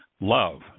love